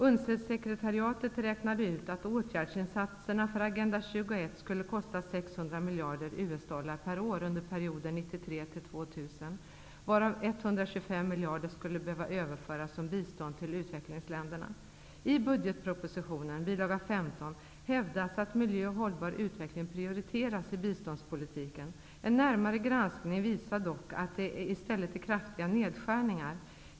UNCED Agenda 21 skulle kosta 600 miljarder US-dollar per år under perioden 1993--2000. Av dessa skulle 125 miljarder behöva överföras som bistånd till utvecklingsländerna. I budgetpropositionen, bilaga 15, hävdas att miljö och hållbar utveckling prioriteras i biståndspolitiken. En närmare granskning visar dock att det i stället föreslås kraftiga nedskärningar.